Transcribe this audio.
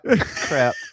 Crap